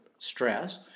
stress